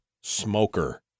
smoker